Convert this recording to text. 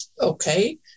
Okay